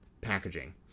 packaging